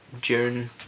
June